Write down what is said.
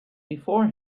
before